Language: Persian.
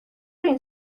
این